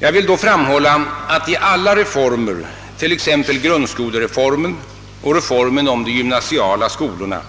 Jag vill då framhålla att i alla reformer, t.ex. grundskolereformen och reformen om de gymnasiala skolorna,